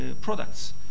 products